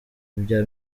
ibya